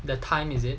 the time is it